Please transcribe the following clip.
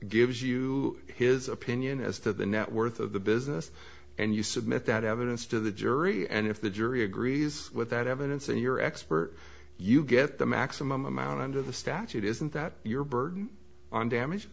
gives you his opinion as to the net worth of the business and you submit that evidence to the jury and if the jury agrees with that evidence and your expert you get the maximum amount under the statute isn't that your burden on damage